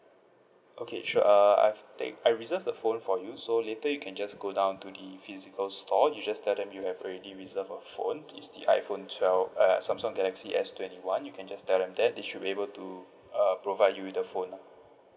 okay sure uh I've take I've reserved the phone for you so later you can just go down to the physical store you just tell them you have already reserved a phones it's the iphone twel~ uh samsung galaxy S twenty one you can just tell them that they should be able to uh provide you with the phone ah